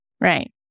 Right